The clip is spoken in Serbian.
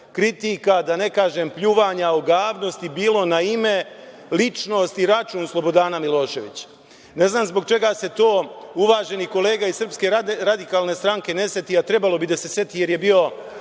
da ne kažem, pljuvanja, ogavnosti bilo na ime, ličnost i račun Slobodana Miloševića. Ne znam zbog čega se to uvaženi kolega iz SRS ne seti, a trebalo bi da se seti, jer je bio